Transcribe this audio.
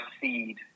seed